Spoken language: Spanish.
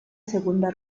segunda